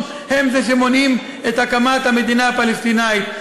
הם שמונעים את הקמת המדינה הפלסטינית.